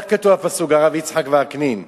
איך כתוב הפסוק, הרב יצחק וקנין?